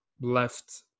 left